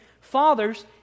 fathers